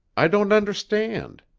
i don't understand.